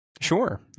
Sure